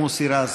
מוסי רז.